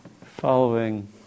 Following